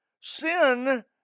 Sin